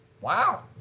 Wow